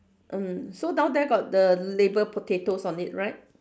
mm so down there got the label potatoes on it right